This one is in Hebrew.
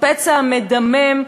בפצע המדמם,